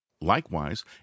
Likewise